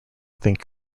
think